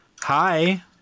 Hi